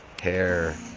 hair